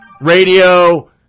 Radio